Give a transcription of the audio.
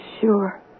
sure